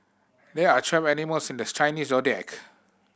there are twelve animals in this Chinese Zodiac